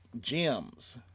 gems